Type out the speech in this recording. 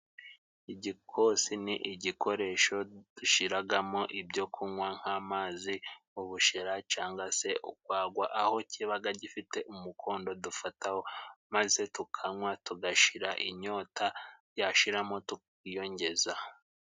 Igikosi ni igikoresho dushiragamo ibyo kunywa nk'amazi, ubushera canga se ugwagwa, aho kibaga gifite umukondo dufata, maze tukanywa tugashira inyota, yashiramo tukiyongeza.